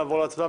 נעבור להצבעה.